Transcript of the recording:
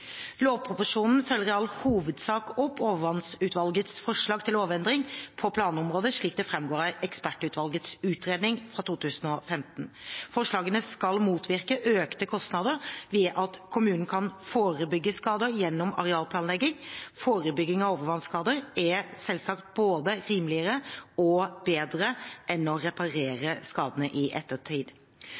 Lovproposisjonen følger i all hovedsak opp overvannsutvalgets forslag til lovendring på planområdet, slik det framgår av ekspertutvalgets utredning fra 2015. Forslagene skal motvirke økte kostnader ved at kommunen kan forebygge skader gjennom arealplanlegging. Forebygging av overvannsskader er selvsagt både rimeligere og bedre enn å reparere skadene i ettertid.